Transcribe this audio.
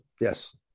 Yes